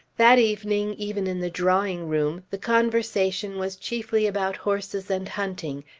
that evening, even in the drawing-room, the conversation was chiefly about horses and hunting,